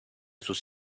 sus